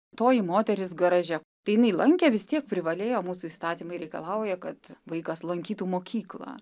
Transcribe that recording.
toji moteris garaže tai jinai lankė vis tiek privalėjo mūsų įstatymai reikalauja kad vaikas lankytų mokyklą